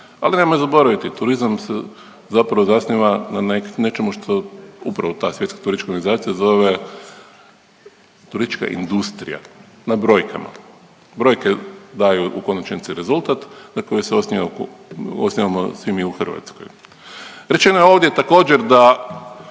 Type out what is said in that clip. ali nemojmo zaboraviti turizam se zapravo zasniva na nečemu što upravo ta Svjetska turistička organizacija zove turistička industrija na brojkama, brojke daju u konačnici rezultat na koji se oslanjamo svi mi u Hrvatskoj. Rečeno je ovdje također da